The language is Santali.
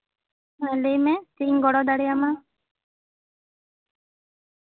ᱢᱟ ᱞᱟᱹᱭ ᱢᱮ ᱪᱮᱫ ᱤᱧ ᱜᱚᱲᱚ ᱫᱟᱲᱮ ᱟᱢᱟ